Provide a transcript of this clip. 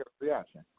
reaction